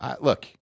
look